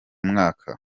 mwaka